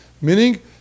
meaning